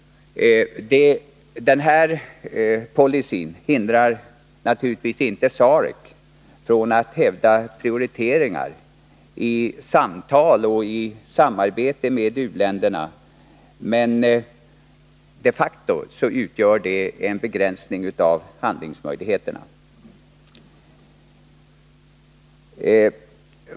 Denna policy hindrar naturligtvis inte SAREC från att hävda prioriteringar i samtal och samarbete med u-länderna. Men de facto utgör den en begränsning av handlingsmöjligheterna.